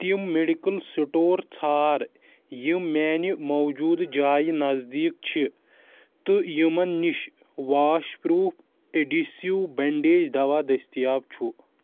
تِم medical store ژھار یِم میانہِ موجوٗدٕ جایہِ نزدیٖک چھِ تہٕ یِمَن نِش واش پرٛوٗف اڈہسِو بنڈیج دوا دٔستِیاب چھُ